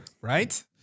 Right